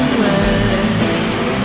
words